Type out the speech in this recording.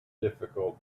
difficult